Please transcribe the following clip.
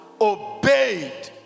obeyed